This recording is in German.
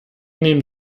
nehmen